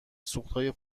سوختهای